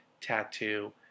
tattoo